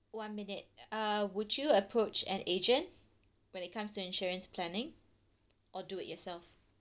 one minute uh would you approach an agent when it comes to insurance planning or do it yourself